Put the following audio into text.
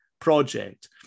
project